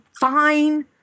fine